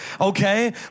Okay